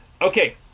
okay